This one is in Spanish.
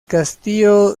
castillo